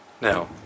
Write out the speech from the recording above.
Now